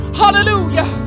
hallelujah